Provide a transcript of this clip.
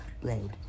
blade